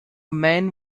man